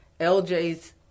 LJ's